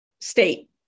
state